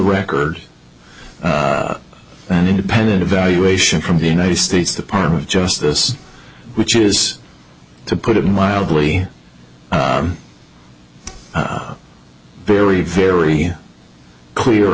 record an independent evaluation from the united states department of justice which is to put it mildly very very clear